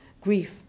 grief